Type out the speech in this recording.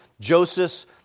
Joseph